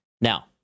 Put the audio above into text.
Now